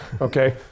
okay